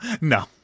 No